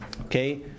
Okay